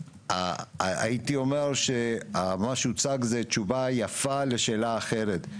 הייתי אומר שמה שהוצג זו תשובה יפה לשאלה אחרת.